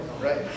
right